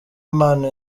impano